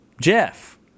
Jeff